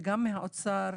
וגם מהאוצר,